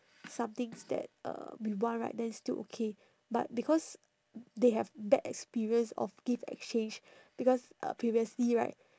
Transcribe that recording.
some things that uh we want right then still okay but because they have bad experience of gift exchange because uh previously right